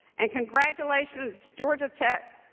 and congratulations georgia tech,